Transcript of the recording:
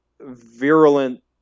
virulent